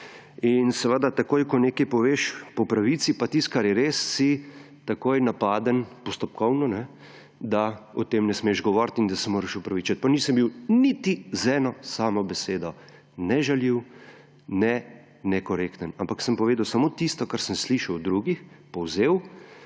Seveda takoj, ko nekaj poveš po resnici in tisto, kar je res, si takoj napaden postopkovno, da o tem ne smeš govoriti in da se moraš opravičiti. Pa nisem bil niti z eno samo besedo ne žaljiv ne nekorekten, ampak sem povedal samo tisto, kar sem slišal od drugih, povzel